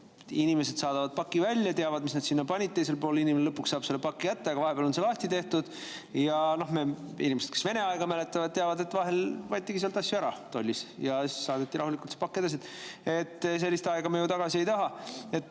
inimesed saadavad paki välja, teavad, mis nad sinna panid, teisel pool inimene lõpuks saab selle paki kätte, aga vahepeal on see lahti tehtud. Inimesed, kes Vene aega mäletavad, teavad, et vahel võetigi tollis sealt asju ära ja saadeti rahulikult see pakk edasi. Sellist aega me ju tagasi ei taha.